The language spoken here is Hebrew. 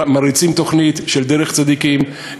מריצים תוכנית של דרך צדיקים,